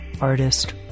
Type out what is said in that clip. artist